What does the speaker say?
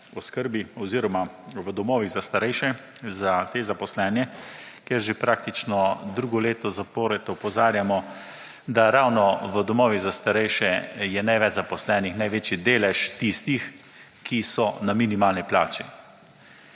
oskrbi oziroma v domovih za starejše, za te zaposlene kjer že praktično drugo leto zapored opozarjamo, da ravno v domovih za starejše je največ zaposlenih, največji delež tistih, ki so na minimalni plači.